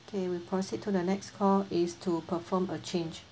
okay we proceed to the next core is to perform a change